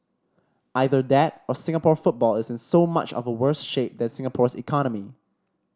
either that or Singapore football is in so much of a worse shape than Singapore's economy